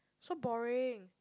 so boring